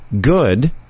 good